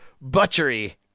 Butchery